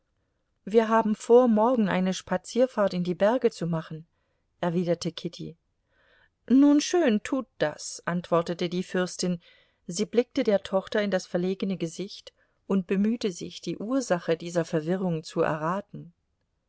wir haben vor morgen eine spazierfahrt in die berge zu machen erwiderte kitty nun schön tut das antwortete die fürstin sie blickte der tochter in das verlegene gesicht und bemühte sich die ursache dieser verwirrung zu erraten